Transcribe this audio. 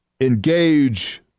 engage